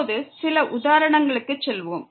இப்போது சில உதாரணங்களுக்குச் செல்வோம்